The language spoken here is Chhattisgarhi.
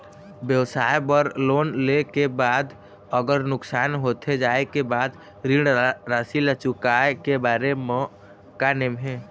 व्यवसाय बर लोन ले के बाद अगर नुकसान होथे जाय के बाद ऋण राशि ला चुकाए के बारे म का नेम हे?